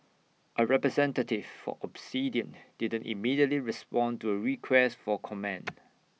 A representative for Obsidian didn't immediately respond to A request for comment